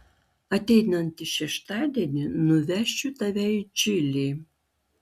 ateinantį šeštadienį nuvešiu tave į džilį